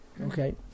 okay